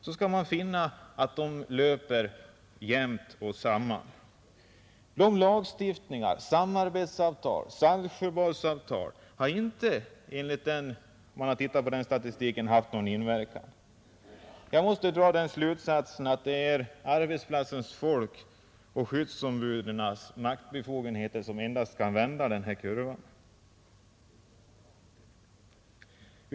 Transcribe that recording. Det visar sig att lagstiftningar, samarbetsavtal och Saltsjöbadsavtal enligt denna statistik inte har haft något samband med olycksfallskurvan utan endast med produktivitetskurvan, Jag måste därav dra den slutsatsen att arbetsplatsens folk kan vända denna kurva endast om skyddsombuden får verkliga maktbefogenheter.